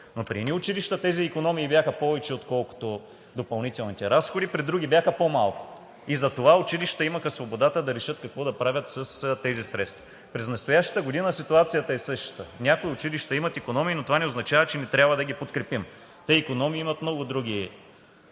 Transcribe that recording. Но при едни училища тези икономии бяха повече, отколкото допълнителните разходи, а при други бяха по-малко. Затова училищата имаха свободата да решат какво да правят с тези средства. През настоящата година ситуацията е същата. Някои училища имат икономии, но това не означава, че не трябва да ги подкрепим. Икономии имат и много други